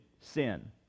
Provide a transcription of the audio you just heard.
sin